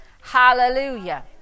hallelujah